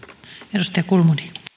arvoisa